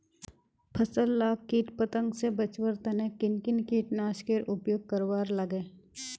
फसल लाक किट पतंग से बचवार तने किन किन कीटनाशकेर उपयोग करवार लगे?